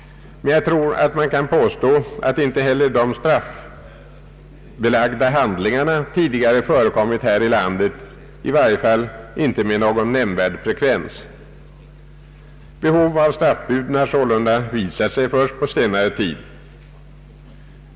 Men jag tror att man kan påstå att inte heller de straffbelagda handlingarna tidigare har förekommit här i landet, i varje fall inte med någon nämnvärd frekvens. Behov av straffbuden har sålunda visat sig först på senare tid.